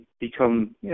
become